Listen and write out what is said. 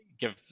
Give